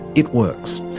it works.